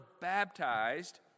baptized